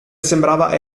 sembrava